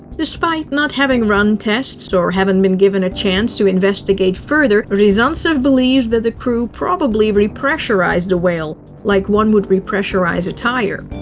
despite not having run tests, or having been given a chance to investigate further, ryazantzev believes the the crew probably repressurized the whale, like one would repressurize a tire.